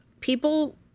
people